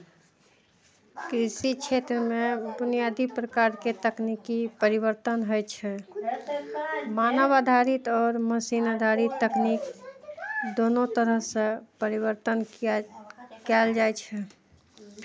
कृषि क्षेत्रमे बुनियादी प्रकारके तकनीकी परिवर्तन होइ छै मानव आधारित आओर मशीन आधारित तकनीक दुनू तरहसँ परिवर्तन किया कएल जाइ छै